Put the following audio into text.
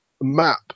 map